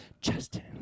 Justin